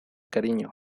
cariño